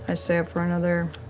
i stay up for another